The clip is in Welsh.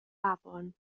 afon